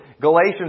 Galatians